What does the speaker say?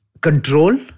control